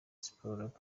sports